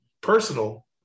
personal